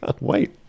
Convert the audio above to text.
wait